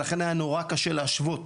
ולכן היה נורא קשה להשוות